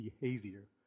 behavior